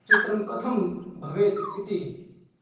चित्रं कथं भवेत् इति